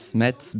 met